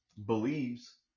believes